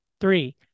three